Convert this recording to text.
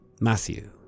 Matthew